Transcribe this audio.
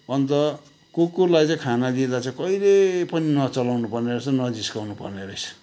अन्त कुकुरलाई चाहिँ खाना दिँदा चाहिँ कहिले पनि नचलाउनु पर्नेरहेछ नजिस्काउनु पर्नेरहेछ